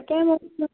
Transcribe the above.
তাকে